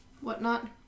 whatnot